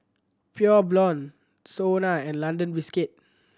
Pure Blonde SONA and London Biscuit